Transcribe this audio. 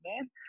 man